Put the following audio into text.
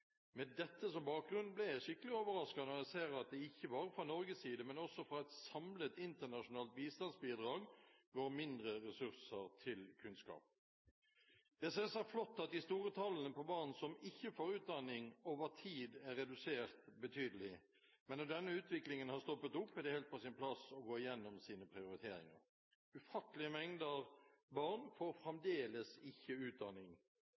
Med dette som bakgrunn blir jeg skikkelig overrasket når jeg ser at det ikke bare fra Norges side, men også fra et samlet internasjonalt bistandsbidrag, går mindre ressurser til kunnskap. Det er selvsagt flott at det høye antallet barn som ikke får utdanning, over tid er redusert betydelig, men når denne utviklingen har stoppet opp, er det helt på sin plass å gå igjennom sine prioriteringer. Ufattelige mengder barn får fremdeles ikke utdanning,